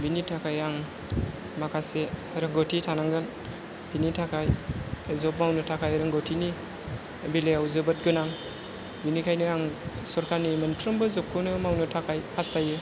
बेनि थाखाय आं माखासे रोंगौथि थानांगोन बेनि थाखाय जब मावनो थाखाय रोंगौथिनि बेलायाव जोबोद गोनां बेनिखायनो आं सोरखारनि मोनफ्रोमबो जबखौनो मावनो थाखाय हारस्थायो